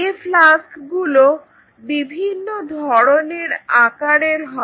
এ ফ্লাস্কগুলো বিভিন্ন ধরনের আকারের হয়